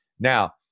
Now